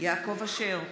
יעקב אשר,